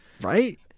Right